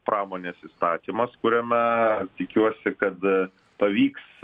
pramonės įstatymas kuriame tikiuosi kad pavyks